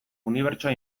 unibertsoa